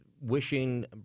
wishing